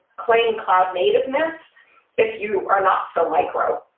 claim cloud nativeness if you are not so micro